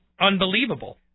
unbelievable